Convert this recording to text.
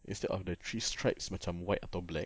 instead of the three stripes macam white atau black